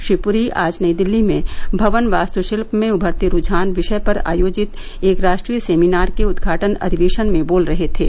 श्री पुरी आज नई दिल्ली में भवन वास्तुशिल्य में उभरते रुझान विषय पर आयोजित एक राष्ट्रीय सेमिनार के उद्घाटन अधिवेशन में बोल रहे थे